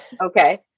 Okay